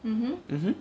mmhmm